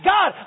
God